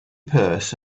purse